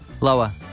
Lower